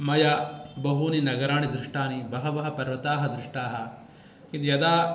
मया बहूनि नगराणि दृष्टानि बहव पर्वता दृष्टा किन्तु यदा